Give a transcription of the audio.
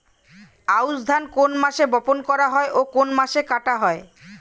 আউস ধান কোন মাসে বপন করা হয় ও কোন মাসে কাটা হয়?